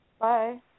Bye